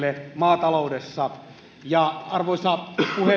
maataloudessa arvoisa